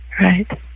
Right